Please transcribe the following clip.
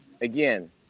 again